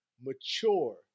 mature